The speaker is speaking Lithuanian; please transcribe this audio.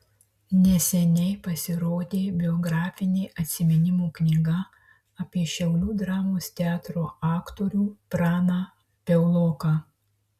neseniai pasirodė biografinė atsiminimų knyga apie šiaulių dramos teatro aktorių praną piauloką